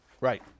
Right